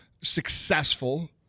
successful